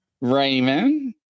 Raymond